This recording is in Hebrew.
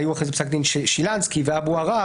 אבל היו אחרי זה פסק דין שילנסקי ואבו עראר,